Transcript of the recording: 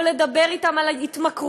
או לדבר אתם על ההתמכרויות,